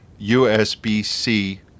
USB-C